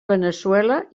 veneçuela